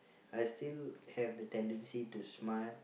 I still have the tendency to smile